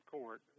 Court